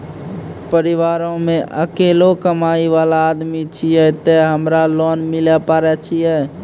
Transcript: परिवारों मे अकेलो कमाई वाला आदमी छियै ते हमरा लोन मिले पारे छियै?